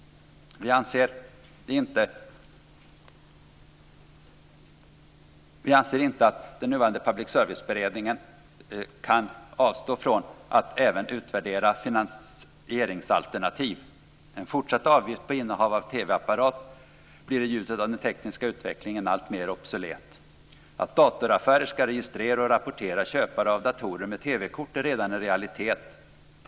Vi anser inte att den nuvarande Public service-beredningen kan avstå från att även utvärdera finansieringsalternativ. En fortsatt avgift på innehav av TV-apparat blir i ljuset av den tekniska utvecklingen alltmer obsolet. Att datoraffärer ska registrera och rapportera köpare av datorer med TV-kort är redan en realitet.